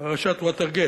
פרשת ווטרגייט.